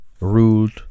ruled